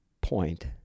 point